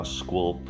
school